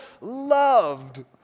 loved